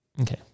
Okay